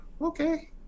okay